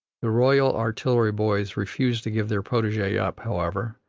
the royal artillery boys refuse to give their protege up, however,